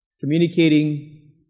Communicating